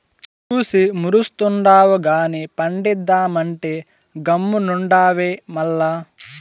చూసి మురుస్తుండావు గానీ పండిద్దామంటే గమ్మునుండావే మల్ల